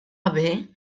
haver